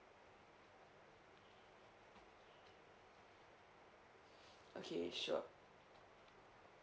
okay sure